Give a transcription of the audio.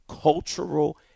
cultural